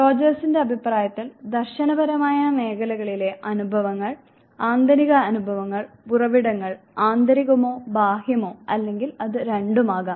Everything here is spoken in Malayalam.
റോജർസിന്റെ അഭിപ്രായത്തിൽ ദർശനപരമായ മേഖലകളിലെ അനുഭവങ്ങൾ ആന്തരിക അനുഭവങ്ങളും ഉറവിടങ്ങൾ ആന്തരികമോ ബാഹ്യമോ അല്ലെങ്കിൽ അത് രണ്ടും ആകാം